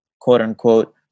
quote-unquote